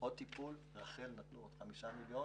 לשעות טיפול ורח"ל נתנו עוד 5 מיליון.